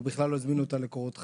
או בכלל לא הזמינו אותה לקורות חיים.